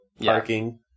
parking